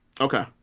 Okay